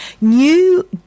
new